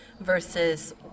versus